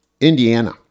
Indiana